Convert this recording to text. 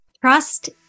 Trust